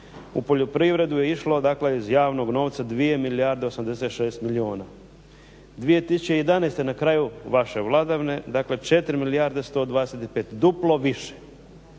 u poljoprivredu je išlo dakle iz javnog novca 2 milijarde i 86 milijuna. 2011. na kraju vaše vladavine dakle 4 milijarde 125, duplo više.